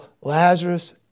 Lazarus